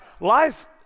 life